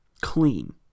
clean